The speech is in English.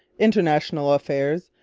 international affairs,